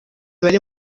bari